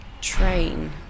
train